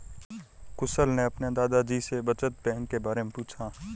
कुशल ने अपने दादा जी से बचत बैंक के बारे में पूछा